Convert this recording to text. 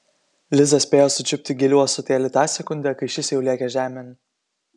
liza spėjo sučiupti gėlių ąsotėlį tą sekundę kai šis jau lėkė žemėn